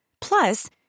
Plus